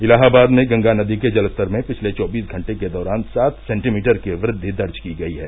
इलाहाबाद में गंगा नदी के जलस्तर में पिछले चौबीस घंटे के दौरान सात सेंटीमीटर की वृद्धि दर्ज की गयी है